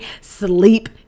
sleep